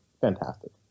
fantastic